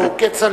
הלוא הוא כצל'ה,